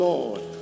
Lord